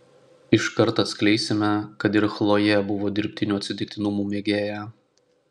iškart atskleisime kad ir chlojė buvo dirbtinių atsitiktinumų mėgėja